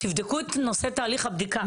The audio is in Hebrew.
תבדקו את נושא תהליך הבדיקה.